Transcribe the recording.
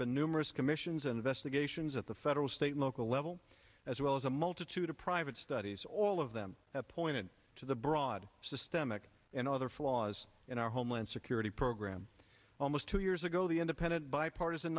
been numerous commissions and investigations at the federal state local level as well as a multitude of private studies all of them pointed to the broad systemic and other flaws in our homeland security program almost two years ago the independent bipartisan